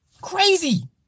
Crazy